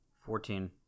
Fourteen